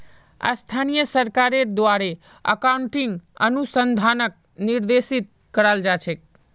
स्थानीय सरकारेर द्वारे अकाउन्टिंग अनुसंधानक निर्देशित कराल जा छेक